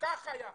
כך היה,